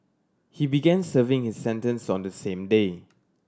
he began serving his sentence on the same day